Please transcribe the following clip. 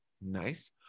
nice